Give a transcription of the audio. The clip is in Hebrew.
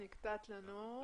נקטעת.